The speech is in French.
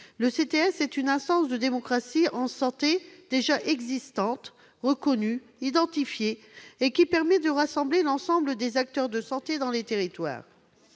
Le CTS, qui est une instance de démocratie en santé reconnue et identifiée, permet de rassembler l'ensemble des acteurs de santé dans les territoires.